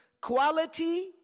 quality